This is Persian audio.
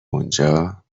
اونجا